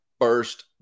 first